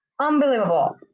unbelievable